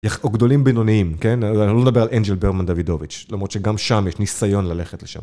גדולים בינוניים, כן? אני לא מדבר על אנג'ל ברמן דוידוביץ', למרות שגם שם יש ניסיון ללכת לשם.